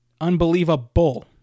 Unbelievable